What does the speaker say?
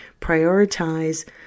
prioritize